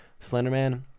Slenderman